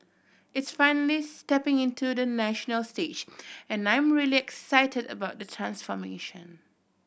it's finally stepping into the national stage and I'm really excited about the transformation